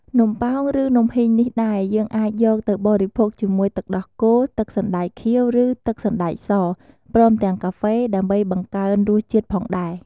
នំប៉ោង ឬ នំហុីងនេះដែរ យើងអាចយកទៅបរិភោគជាមួយទឹកដោះគោ ទឹកសណ្តែកខៀវ ឬ ទឹកសណ្តែកស ព្រមទាំងកាហ្វេ ដើម្បីបង្កើនរសជាតិផងដែរ។